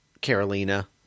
Carolina